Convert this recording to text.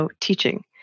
teaching